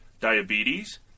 diabetes